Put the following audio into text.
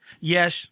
Yes